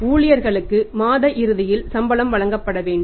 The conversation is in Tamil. ஊழியர்களுக்கு மாத இறுதியில் சம்பளம் வழங்கப்பட வேண்டும்